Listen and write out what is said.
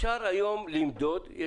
יש לנו היום טכנולוגיות